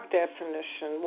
definition